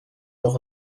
nog